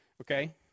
okay